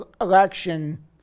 election